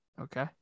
Okay